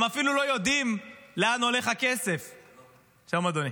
הם אפילו לא יודעים לאן הולך הכסף שלהם.